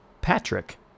Patrick